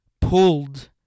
pulled